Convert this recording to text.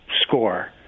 score